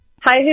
Hi